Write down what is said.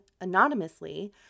anonymously